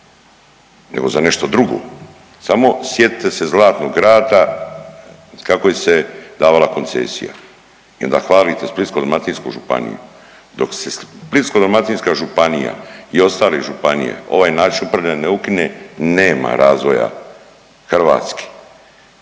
nego za nešto drugo, samo sjetite se Zlatnog rata kako li se je davala koncesija. I onda hvalite Splitsko-dalmatinsku županiju. Dok se Splitsko-dalmatinska županija i ostale županije ovaj način upravljanja ne ukine nema razvoja Hrvatske.